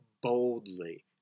boldly